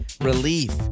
relief